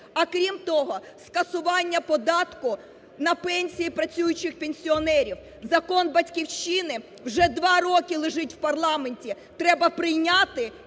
а крім того, скасування податку на пенсії працюючих пенсіонерів. Закон "Батьківщини" вже два роки лежить в парламенті, треба прийняти